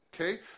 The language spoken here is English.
okay